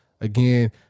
again